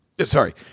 Sorry